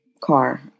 car